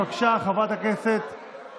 אני מוסיף את שמה של חברת הכנסת שטרית.